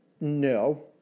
No